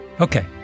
Okay